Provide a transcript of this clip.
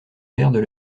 perdent